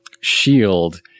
shield